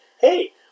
hey